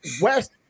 West